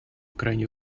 крайне